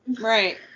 right